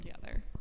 together